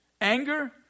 anger